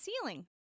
ceiling